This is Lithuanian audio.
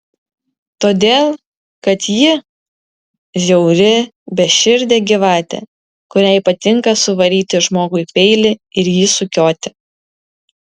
todėl kad ji žiauri beširdė gyvatė kuriai patinka suvaryti žmogui peilį ir jį sukioti